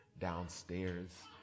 downstairs